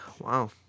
wow